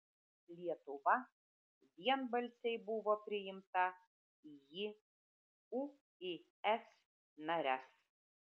lietuva vienbalsiai buvo priimta į uis nares